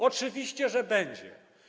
Oczywiście, że będzie.